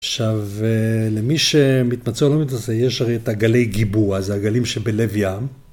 עכשיו, למי שמתמצא או לא מתמצא, יש הרי את הגלי גיבוע, זה הגלים שבלב ים.